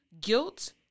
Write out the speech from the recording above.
Guilt